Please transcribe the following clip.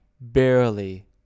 barely